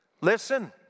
Listen